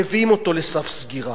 מביאים אותו לסף סגירה.